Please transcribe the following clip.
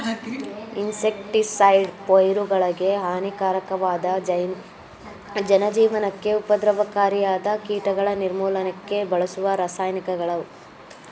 insecticides ಪೈರುಗಳಿಗೆ ಹಾನಿಕಾರಕವಾದ ಜನಜೀವನಕ್ಕೆ ಉಪದ್ರವಕಾರಿಯಾದ ಕೀಟಗಳ ನಿರ್ಮೂಲನಕ್ಕೆ ಬಳಸುವ ರಾಸಾಯನಿಕಗಳು